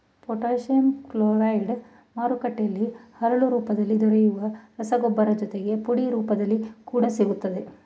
potash chloride ಮಾರುಕಟ್ಟೆಲಿ ಹರಳು ರೂಪದಲ್ಲಿ ದೊರೆಯೊ ರಸಗೊಬ್ಬರ ಜೊತೆಗೆ ಪುಡಿಯ ರೂಪದಲ್ಲಿ ಕೂಡ ಸಿಗ್ತದೆ